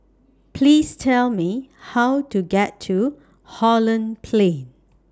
Please Tell Me How to get to Holland Plain